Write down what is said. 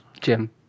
Jim